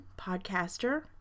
podcaster